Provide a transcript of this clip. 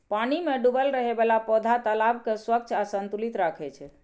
पानि मे डूबल रहै बला पौधा तालाब कें स्वच्छ आ संतुलित राखै छै